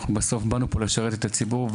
באנו לפה כדי לשרת את הציבור,